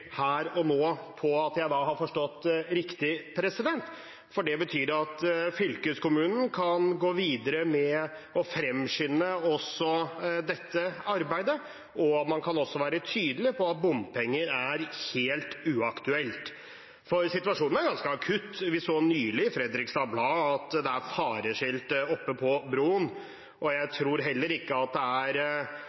her og nå på at jeg har forstått det riktig, for det betyr at fylkeskommunen kan gå videre med å fremskynde også dette arbeidet, og man kan også være tydelig på at bompenger er helt uaktuelt. For situasjonen er ganske akutt, vi så nylig i Fredrikstad Blad at det er fareskilt oppe på broen. Jeg tror heller ikke at det er